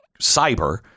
cyber